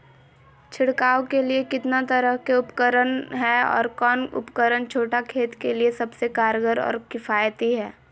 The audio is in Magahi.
छिड़काव के लिए कितना तरह के उपकरण है और कौन उपकरण छोटा खेत के लिए सबसे कारगर और किफायती है?